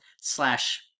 slash